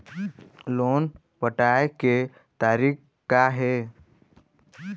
Loan पटाए के तारीख़ का हे?